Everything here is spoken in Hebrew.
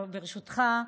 ברשותך,